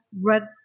red